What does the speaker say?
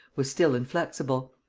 was still inflexible.